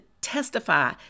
testify